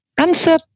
Answer